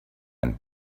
and